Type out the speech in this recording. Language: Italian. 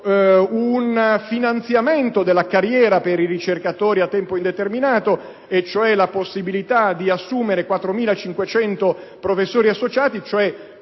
un finanziamento della carriera per i ricercatori a tempo indeterminato, vale a dire la possibilità di assumere 4.500 professori associati, cioè